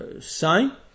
sign